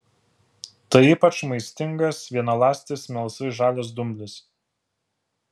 tai ypač maistingas vienaląstis melsvai žalias dumblis